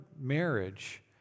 marriage